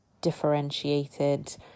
differentiated